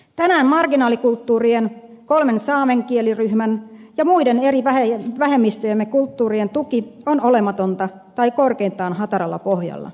tänään marginaalikulttuurien kolmen saamen kieliryhmän ja muiden eri vähemmistöjemme kulttuurien tuki on olematonta tai korkeintaan hataralla pohjalla